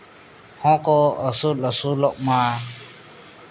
ᱦᱚᱸᱠᱚ ᱟᱹᱥᱩᱞ ᱟᱹᱥᱩᱞᱚᱜᱼᱢᱟ